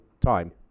time